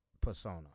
persona